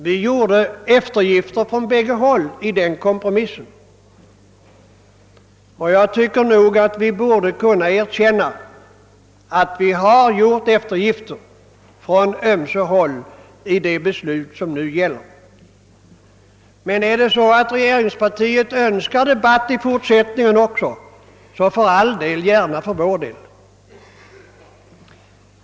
Vi gjorde eftergifter på ömse håll, och det tycker jag nog att vi borde kunna erkänna. Men är det så att regeringspartiet önskar debatt i fortsättningen också, så för all del.